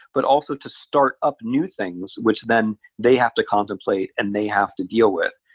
but also to start up new things which then they have to contemplate and they have to deal with.